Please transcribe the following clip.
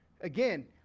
Again